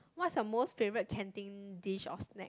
what's your most favorite canteen dish or snack